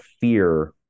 fear